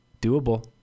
doable